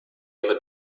ever